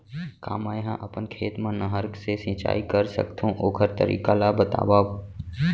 का मै ह अपन खेत मा नहर से सिंचाई कर सकथो, ओखर तरीका ला बतावव?